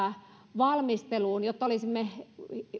valmisteluun jolloin olisimme